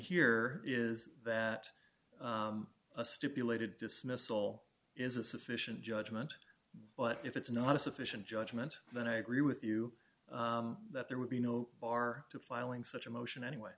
here is that a stipulated dismissal is a sufficient judgment but if it's not a sufficient judgment then i agree with you that there would be no bar to filing such a motion anyway